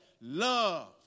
love